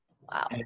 Wow